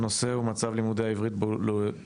הנושא הוא מצב לימודי העברית באולפנים,